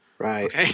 Right